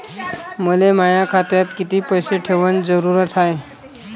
मले माया खात्यात कितीक पैसे ठेवण जरुरीच हाय?